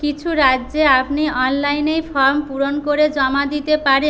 কিছু রাজ্যে আপনি অনলাইনেই ফর্ম পূরণ করে জমা দিতে পারেন